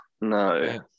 no